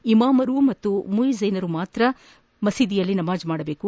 ಇಮಾಮರು ಮತ್ತು ಮುಯಿಜೇನರು ಮಾತ್ರ ಮಸೀದಿಯಲ್ಲಿ ನಮಾಜ್ ಮಾಡಬೇಕು